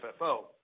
FFO